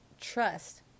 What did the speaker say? trust